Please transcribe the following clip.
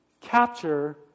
capture